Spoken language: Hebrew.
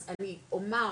אז אני אומר,